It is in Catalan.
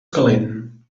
calent